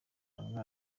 muganga